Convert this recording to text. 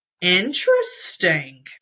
Interesting